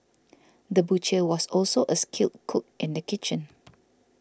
the butcher was also a skilled cook in the kitchen